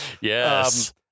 Yes